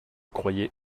croyais